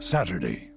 Saturday